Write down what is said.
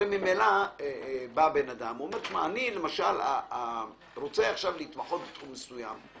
הרי ממילא בא בן אדם ואומר: אני רוצה להתמחות בתחום מסוים.